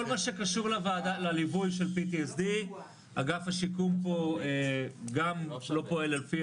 שקשור לליווי של PTSD אגף השיקום פה גם לא פועל על פי